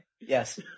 yes